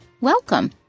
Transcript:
Welcome